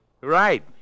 Right